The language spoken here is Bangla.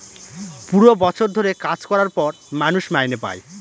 পুরো বছর ধরে কাজ করার পর মানুষ মাইনে পাই